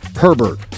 Herbert